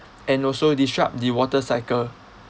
and also disrupt the water cycle